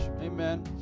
Amen